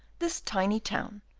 this tiny town,